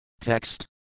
Text